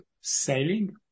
sailing